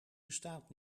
bestaat